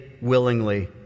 willingly